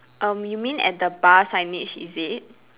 um you mean at the bar signage is it